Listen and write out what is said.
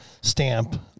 stamp